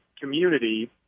community